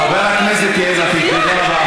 חבר הכנסת יאיר לפיד, תודה רבה לך.